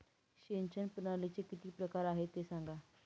सिंचन प्रणालीचे किती प्रकार आहे ते सांगा